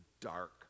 dark